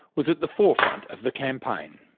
was at the forefront of the campaign.